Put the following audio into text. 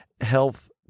health